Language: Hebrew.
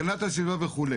הגנת הסביבה וכו',